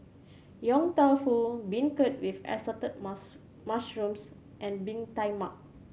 Yong Tau Foo beancurd with assorted mus mushrooms and Bee Tai Mak